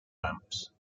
lamps